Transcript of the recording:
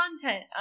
content